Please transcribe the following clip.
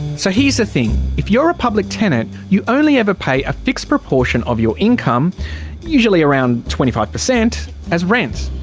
so here's the thing, if you're a public tenant, you only ever pay a fixed proportion of your income usually around twenty five percent as rent.